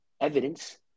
evidence